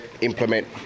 implement